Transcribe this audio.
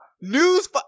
news